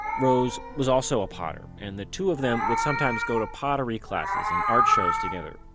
rose was also a potter and the two of them would sometimes go to pottery classes and art shows together.